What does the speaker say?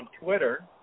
Twitter